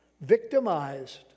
victimized